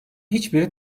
hiçbiri